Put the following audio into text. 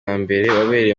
wabereye